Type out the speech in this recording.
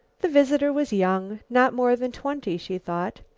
the visitor was young, not more than twenty, she thought.